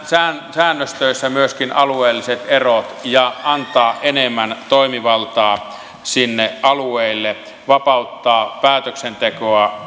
säännöstöissä myöskin alueelliset erot ja antaa enemmän toimivaltaa sinne alueille vapauttaa päätöksentekoa